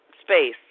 space